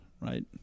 right